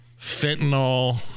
Fentanyl